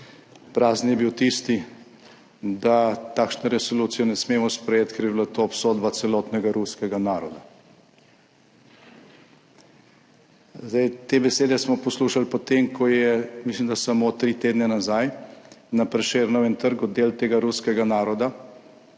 prazen je bil tisti, da takšne resolucije ne smemo sprejeti, ker bi bila to obsodba celotnega ruskega naroda. Te besede smo poslušali potem, ko je, mislim, da samo tri tedne nazaj na Prešernovem trgu del tega ruskega naroda,